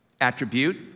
attribute